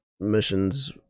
missions